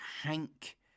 Hank